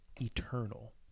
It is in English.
eternal